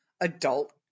adult